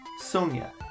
Sonia